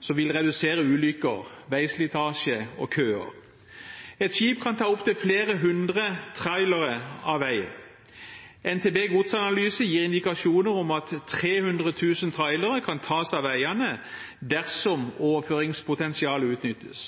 som vil redusere ulykker, veislitasje og køer. Ett skip kan ta opptil flere hundre trailere av veien. NTP Godsanalyse gir indikasjoner om at 300 000 trailere kan tas av veiene dersom overføringspotensialet utnyttes.